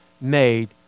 made